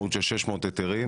משמעות של 600 היתרים,